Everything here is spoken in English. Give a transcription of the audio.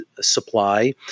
supply